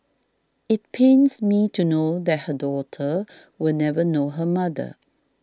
it pains me to know that her daughter will never know her mother